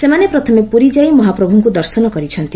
ସେମାନେ ପ୍ରଥମେ ପୁରୀ ଯାଇ ମହାପ୍ରଭୁଙ୍କୁ ଦର୍ଶନ କରିଛନ୍ତି